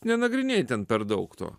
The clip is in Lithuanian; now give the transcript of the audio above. nenagrinėji ten per daug to